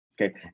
Okay